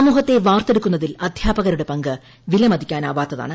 സമൂഹത്തെ വാർത്തെടുക്കുന്നതിൽ അദ്ധ്യാപകരുടെ പങ്ക് വിലമതിക്കാനാവാത്തതാണ്